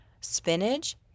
Spinach